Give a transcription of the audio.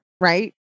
right